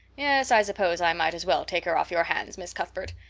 yes, i suppose i might as well take her off your hands, miss cuthbert.